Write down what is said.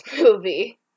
movie